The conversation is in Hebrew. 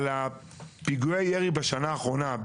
פיגועי הירי בשנה האחרונה,